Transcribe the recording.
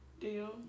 deal